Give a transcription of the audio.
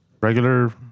Regular